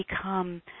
become